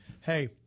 Hey